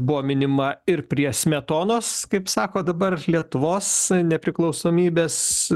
buvo minima ir prie smetonos kaip sako dabar lietuvos nepriklausomybės